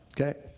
okay